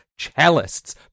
cellists